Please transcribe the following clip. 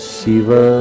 Shiva